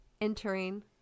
entering